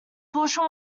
portion